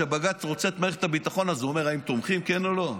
כשבג"ץ רוצה את מערכת הביטחון אז הוא אומר: האם תומכים כן או לא?